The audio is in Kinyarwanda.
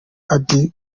auddy